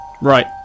Right